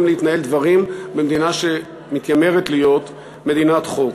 להתנהל דברים במדינה שמתיימרת להיות מדינת חוק.